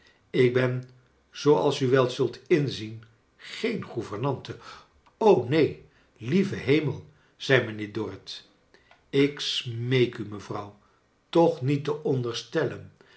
ik ben zooals u wel zult inzien geen gouvernante neen lieve hemel zei mijnheer dorrit ik smeek u mevrouw toch niet te onderstellen